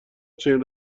چنین